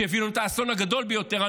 שהביא לנו את האסון הגדול ביותר,